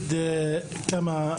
אני רוצה להגיד כמה משפטים.